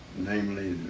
namely,